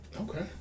Okay